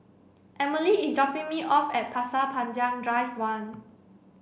Emilie is dropping me off at Pasir Panjang Drive one